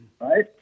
right